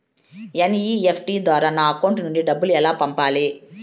NEFT ద్వారా నా account నుండి డబ్బులు ఎలా పంపాలి